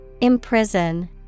Imprison